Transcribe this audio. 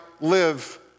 live